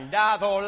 dado